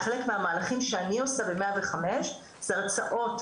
חלק מהמהלכים שאני עושה ב-105 זה הרצאות,